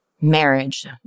marriage